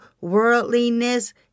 worldliness